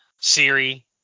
Siri